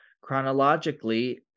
Chronologically